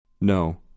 No